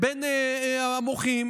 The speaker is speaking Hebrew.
בין המוחים